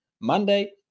Monday